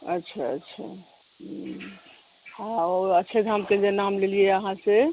अच्छा अच्छा ह्म्म हँ ओ अक्षरधामके जे नाम लेलियै अहाँ से